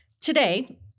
Today